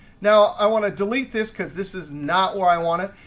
now i want to delete this, because this is not where i want it.